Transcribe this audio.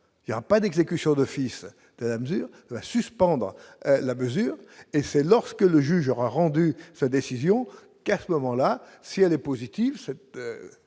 il y a pas d'exécution d'office la mesure va suspendre la mesure et c'est lorsque le juge aura rendu sa décision qu'à ce moment-là, si elle est positive